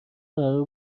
قرار